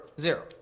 Zero